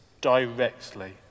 directly